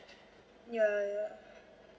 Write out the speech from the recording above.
ya ya